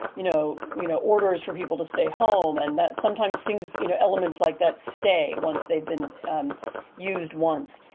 you know you know, orders for people to stay home and that sometimes things you know elements like that stay once they've been um used once.